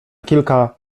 kilka